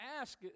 ask